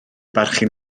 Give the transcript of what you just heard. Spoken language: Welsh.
barchu